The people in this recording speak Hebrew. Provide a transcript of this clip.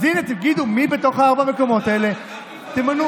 אז הינה, תגידו מי בתוך הארבעה מקומות האלה, תמנו.